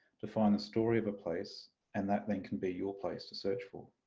to find the story of a place and that then can be your place to search for.